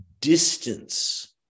distance